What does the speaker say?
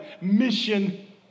Mission